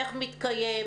איך מתקיים.